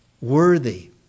Worthy